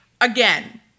again